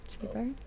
Cheaper